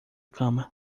cama